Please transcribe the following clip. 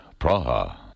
Praha